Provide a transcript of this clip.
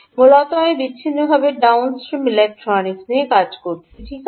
মূলত আমি বিচ্ছিন্নভাবে ডাউন স্ট্রিম ইলেক্ট্রনিক্স ঠিক আছে